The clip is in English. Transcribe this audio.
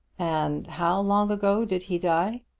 and how long ago did he die?